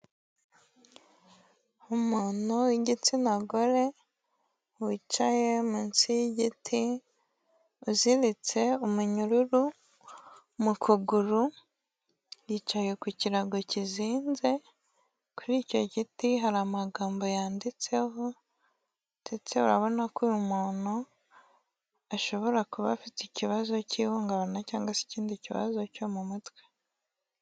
Umuntu w'igitsina gore, wicaye munsi y'igiti, uziritse umunyururu mu kuguru, yicaye ku kirago kizinze, kuri icyo giti hari amagambo yanditseho ndetse urabona ko uyu muntu ashobora kuba afite ikibazo cy'ihungabana cyangwa se ikindi kibazo cyo mu mutwe.